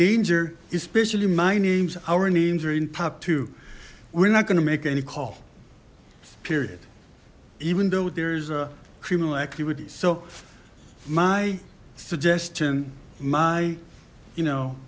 danger especially my name's our names are in pop we're not gonna make any call period even though there's a criminal activity so my suggestion my you know